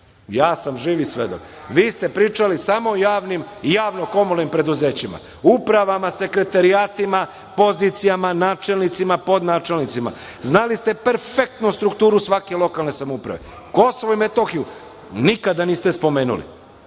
sam živi svedok. Vi ste pričali samo o javno komunalnim preduzećima, upravama, sekretarijatima, pozicijama, načelnicima, podnačelnicima, znali ste perfektno strukturu svake lokalne samouprave. Kosovo i Metohiju nikada niste spomenuli,